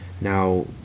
Now